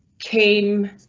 came